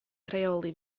rheoli